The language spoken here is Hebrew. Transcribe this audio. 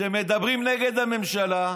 הם מדברים נגד הממשלה,